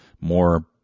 more